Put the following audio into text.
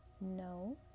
no